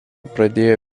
pradėjo